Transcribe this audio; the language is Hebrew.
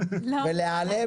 ולהיעלם?